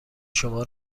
شما